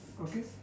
okay